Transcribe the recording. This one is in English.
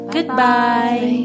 Goodbye